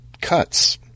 cuts